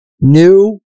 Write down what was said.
new